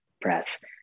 press